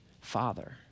father